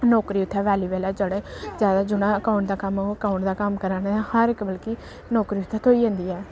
नौकरी उत्थै अवेलएबल ऐ जेह्ड़े जैदा जि'नें अकाउंट दा कम्म ओह् अकाउंट दा कम्म करा दे ऐं हर इक बल्कि नौकरी उत्थै थ्होई जंदी ऐ